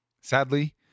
Sadly